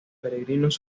peregrinos